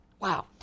Wow